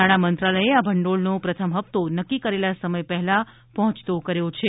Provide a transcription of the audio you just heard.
નાણાં મંત્રાલયે આ ભંડોળનો પ્રથમ હપ્તો નક્કી કરેલા સમય પહેલા પહોંચતો કર્યો છે